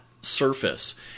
surface